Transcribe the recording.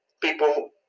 people